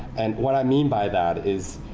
and what i mean by that is